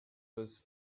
was